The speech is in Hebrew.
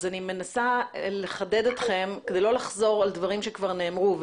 אני מנסה לחדד ומבקשת לא לחזור על דברים שכבר שנאמרו.